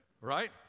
right